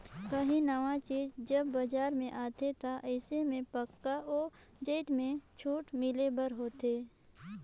काहीं नावा चीज जब बजार में आथे ता अइसन में पक्का ओ जाएत में छूट मिले बर होथे